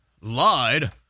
lied